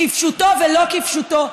כפשוטו ולא כפשוטו,